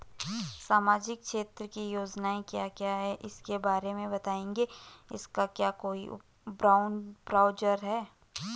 सामाजिक क्षेत्र की योजनाएँ क्या क्या हैं उसके बारे में बताएँगे इसका क्या कोई ब्राउज़र है?